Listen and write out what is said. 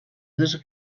dos